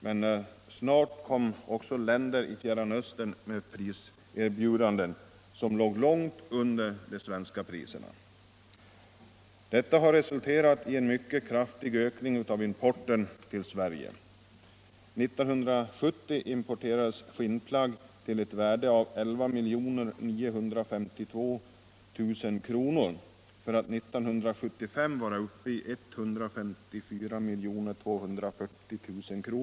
Men snart kom också länder i Fjärran Östern med priserbjudanden som låg långt under de svenska priserna. Detta har resulterat i en mycket kraftig ökning av importen till Sverige. 1970 uppgick importen av skinnplagg till ett värde av 11 952 000 kr. för att 1975 vara uppe i 154 240 000 kr.